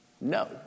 no